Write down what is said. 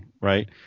right